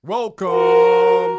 Welcome